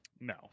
No